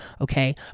Okay